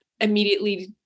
immediately